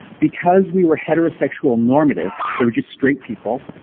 because we were heterosexual normative there were just straight people